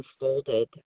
unfolded